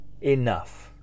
enough